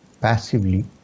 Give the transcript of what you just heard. passively